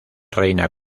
reina